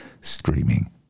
streaming